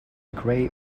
gray